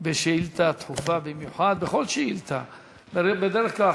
בשאילתה דחופה במיוחד, בכל שאילתה בדרך כלל.